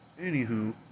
Anywho